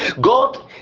god